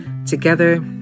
Together